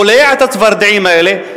בולע את הצפרדעים האלה,